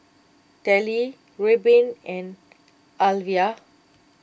Tallie Reubin and Alyvia